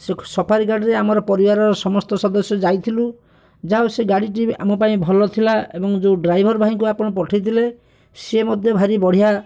safari ଗାଡ଼ିରେ ଆମର ପରିବାରର ସମସ୍ତ ସଦସ୍ୟ ଯାଇଥିଲୁ ଯାହା ହଉ ସେ ଗାଡ଼ିଟି ଆମ ପାଇଁ ଭଲ ଥିଲା ଏବଂ ଯେଉଁ ଡ୍ରାଇଭର୍ ଭାଇଙ୍କୁ ଆପଣ ପଠେଇଥିଲେ ସିଏ ମଧ୍ୟ ଭାରି ବଢ଼ିଆ